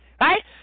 right